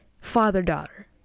father-daughter